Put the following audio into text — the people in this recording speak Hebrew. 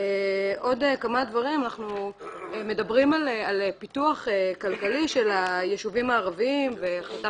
אנחנו מדברים על פיתוח כלכלי של היישובים הערביים והחלטת